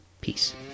peace